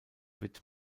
wird